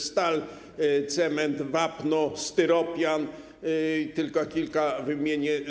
Stal, cement, wapno, styropian - tylko kilka wymienię.